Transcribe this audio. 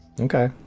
Okay